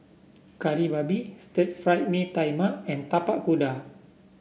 Kari Babi Stir Fried Mee Tai Mak and Tapak Kuda